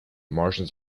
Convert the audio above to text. martians